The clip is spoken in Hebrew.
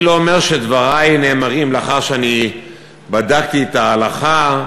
אני לא אומר שדברי נאמרים לאחר שאני בדקתי את ההלכה,